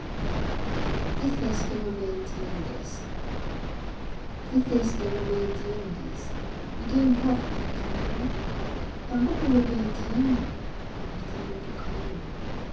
definitiva dices que no me entiendes dices que no me entiendes y qué importa bien mío tampoco yo te entiendo y tengo tu cariño